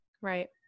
right